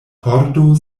pordo